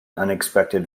unexpected